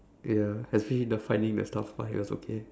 ya actually the finding the stuff part it was okay